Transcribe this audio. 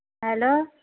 hello